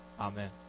Amen